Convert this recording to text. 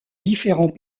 différents